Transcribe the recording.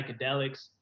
psychedelics